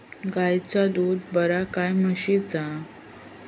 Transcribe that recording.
गायचा दूध बरा काय म्हशीचा?